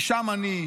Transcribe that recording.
משם אני.